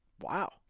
Wow